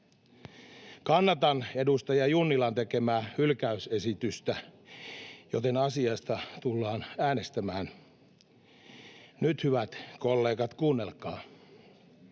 Kannatan edustaja Junnilan tekemää hylkäysesitystä, joten asiasta tullaan äänestämään. Nyt, hyvät kollegat, kuunnelkaa: